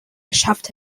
geschafft